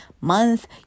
month